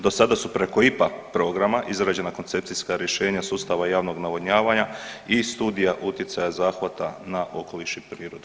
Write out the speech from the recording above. Do sada su preko IPA programa izrađena koncepcijska rješenja sustava javnog navodnjavanja i Studija utjecaja zahvata na okoliš i prirodu.